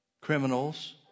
Criminals